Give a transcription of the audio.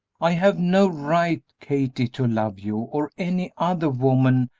i have no right, kathie, to love you, or any other woman,